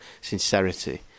sincerity